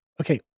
Okay